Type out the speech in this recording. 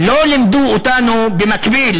לא לימדו אותנו במקביל,